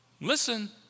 listen